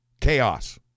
Chaos